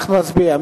אנחנו נצביע.